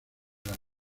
las